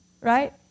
Right